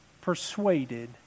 persuaded